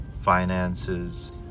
finances